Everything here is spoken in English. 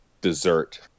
dessert